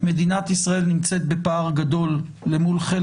מדינת ישראל נמצאת בפער גדול למול חלק